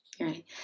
Right